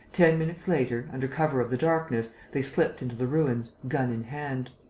ten minutes later, under cover of the darkness, they slipped into the ruins, gun in hand.